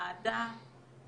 אהדה,